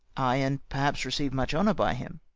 ay, and perhaps receive much honour by him.